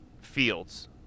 Fields